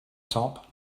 top